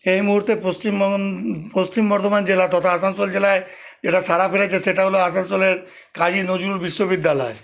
এই মুহুর্তে পশ্চিম পশ্চিম বর্ধমান জেলা তথা আসানসোল জেলায় যেটা সাড়া ফেলেছে সেটা হল আসানসোলের কাজী নজরুল বিশ্ববিদ্যালয়